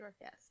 Yes